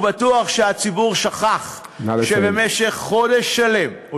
הוא בטוח שהציבור שכח שבמשך חודש שלם, נא לסיים.